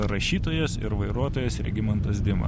rašytojas ir vairuotojas regimantas dima